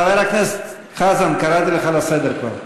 חבר הכנסת חזן, אני קורא אותך לסדר בפעם הראשונה.